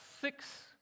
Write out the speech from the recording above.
six